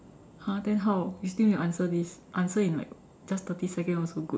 !huh! then how we still need to answer this answer in like just thirty seconds also good